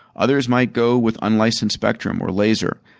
others might go with unlicensed spectrum or laser.